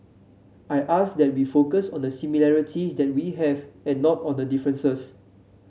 I ask that we focus on the similarities that we have and not on the differences